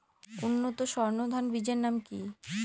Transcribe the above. উন্নত সর্ন ধান বীজের নাম কি?